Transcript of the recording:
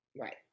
Right